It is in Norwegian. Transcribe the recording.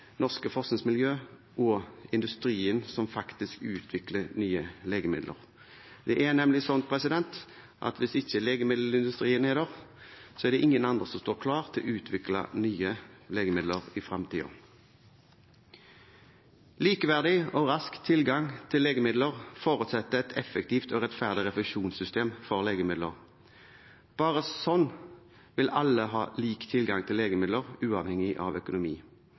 norske forskningsmiljø og industrien som faktisk utvikler nye legemidler. Det er nemlig sånn at hvis ikke legemiddelindustrien er der, så er det ingen andre som står klare til å utvikle nye legemidler i fremtiden. Likeverdig og rask tilgang til legemidler forutsetter et effektivt og rettferdig refusjonssystem for legemidler. Bare sånn vil alle ha lik tilgang til legemidler, uavhengig av økonomi.